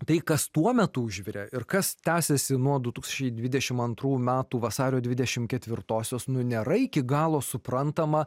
tai kas tuo metu užvirė ir kas tęsiasi nuo du tūkstančiai dvidešim antrų metų vasario dvidešim ketvirtosios nu nėra iki galo suprantama